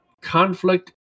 Conflict